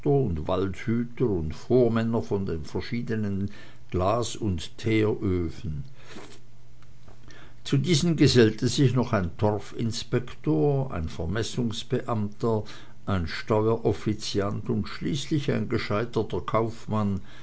waldhüter und vormänner von den verschiedenen glas und teeröfen zu diesen gesellte sich noch ein torfinspektor ein vermessungsbeamter ein steueroffiziant und schließlich ein gescheiterter kaufmann